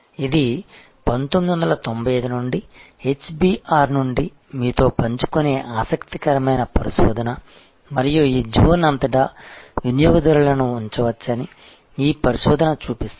ఇది 1995 నుండి HBR నుండి మీతో పంచుకునే ఆసక్తికరమైన పరిశోధన మరియు ఈ జోన్ అంతటా వినియోగదారులను ఉంచవచ్చని ఈ పరిశోధన చూపిస్తుంది